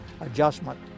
adjustment